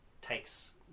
takes